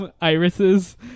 irises